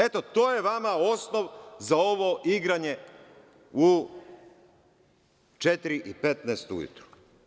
Eto, to je vama osnov za ovo igranje u 4,15 ujutru.